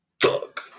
fuck